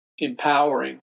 empowering